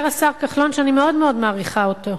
אומר השר כחלון, ואני מאוד מאוד מעריכה אותו,